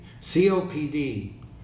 COPD